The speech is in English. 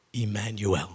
Emmanuel